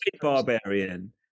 Barbarian